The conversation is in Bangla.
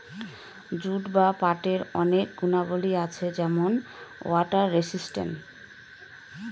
জুট বা পাটের অনেক গুণাবলী আছে যেমন ওয়াটার রেসিস্টেন্ট